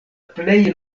plej